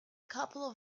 couple